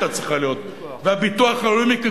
והביטוח הלאומי,